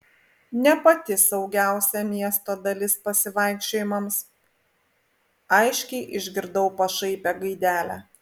ne pati saugiausia miesto dalis pasivaikščiojimams aiškiai išgirdau pašaipią gaidelę